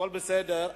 הכול בסדר,